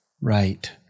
Right